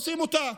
עושים שם.